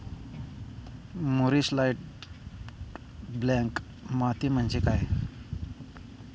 मूरिश light black माती म्हणजे काय?